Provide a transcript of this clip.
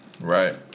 Right